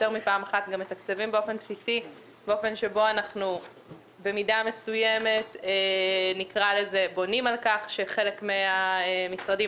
מפעם אחת באופן שבו אנחנו במידה מסוימת בונים על כך שחלק מהמשרדים